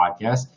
podcast